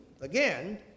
again